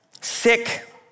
sick